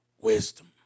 wisdom